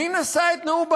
מי נשא את נאום בר-אילן,